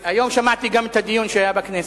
שמעתי גם את הדיון שהיה בכנסת.